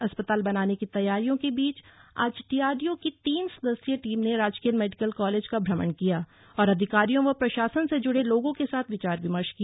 अस्पताल बनाने की तैयारियों की बीच आज डीआरडीओ की तीन सदस्यी टीम ने राजकीय मेडिकल कॉलेज का भ्रमण किया और अधिकारियों व प्रशासन से जुड़े लोगों के साथ विचार विमर्श किया